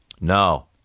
No